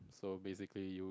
so basically you